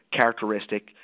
characteristic